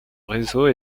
réseau